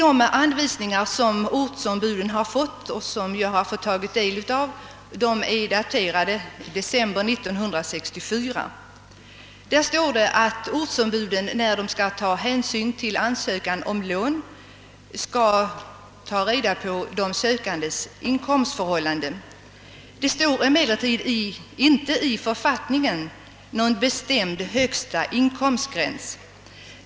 De anvisningar som ortsombuden fått och som jag har fått ta del av är daterade december 1964. Där står att ortsombuden, när de skall ta ställning till ansökan om lån skall ta reda på sökandenas inkomstförhållanden. Emellertid står det i författningen ingenting om någon bestämd högsta inkomstgräns.